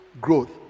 growth